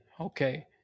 okay